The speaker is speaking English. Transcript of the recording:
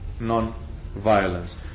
non-violence